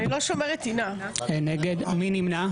מי נמנע?